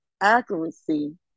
accuracy